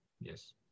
yes